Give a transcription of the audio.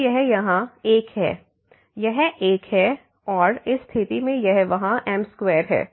तो यह यहाँ 1 है यह 1 है और इस स्थिति में यह वहाँ m2है